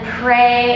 pray